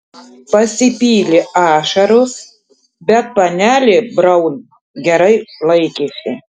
pasipylė ašaros bet panelė braun gerai laikėsi